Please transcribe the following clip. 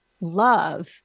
love